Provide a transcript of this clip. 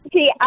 See